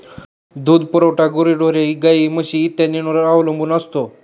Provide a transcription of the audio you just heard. दूध पुरवठा गुरेढोरे, गाई, म्हशी इत्यादींवर अवलंबून असतो